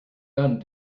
done